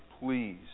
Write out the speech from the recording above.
please